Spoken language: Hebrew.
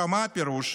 מה הפירוש?